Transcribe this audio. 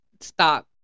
Stop